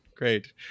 Great